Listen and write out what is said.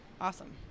Awesome